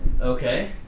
Okay